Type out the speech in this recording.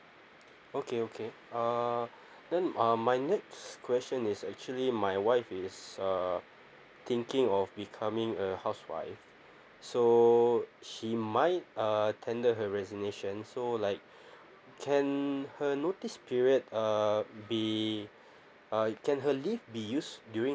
okay okay uh then um my next question is actually my wife is uh thinking of becoming a housewife so she might uh tender her resignation so like can her notice period uh be uh can her leave be use during